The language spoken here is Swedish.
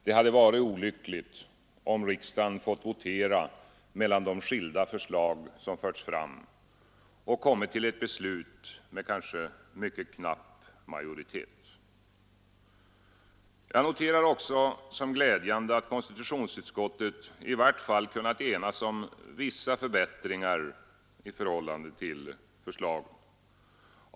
Det hade varit olyckligt om riksdagen fått votera mellan de skilda förslag som förts fram och kommit till ett beslut med kanske mycket knapp majoritet. Jag noterar också som glädjande att konstitutionsutskottet i vart fall kunnat enas om vissa förbättringar i förhållande till regeringsförslaget.